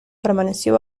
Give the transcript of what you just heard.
permaneció